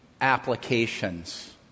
applications